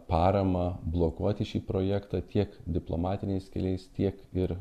paramą blokuoti šį projektą tiek diplomatiniais keliais tiek ir